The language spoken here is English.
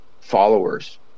followers